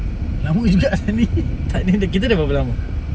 lama juga ah ni